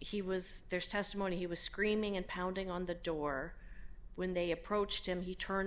he was there is testimony he was screaming and pounding on the door when they approached him he turned